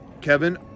kevin